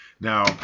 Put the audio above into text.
Now